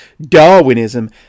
Darwinism